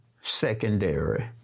secondary